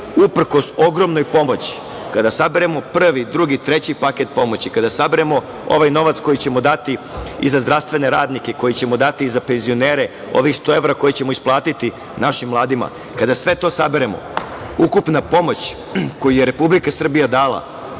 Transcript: uprkos ogromnoj pomoći, kada saberemo prvi, drugi, treći paket pomoći, kada saberemo ovaj novac koji ćemo dati i za zdravstvene radnike, koji ćemo dati i za penzionere, ovih 100 evra koji ćemo isplatiti našim mladima, kada sve to saberemo, ukupna pomoć koju je Republika Srbija dala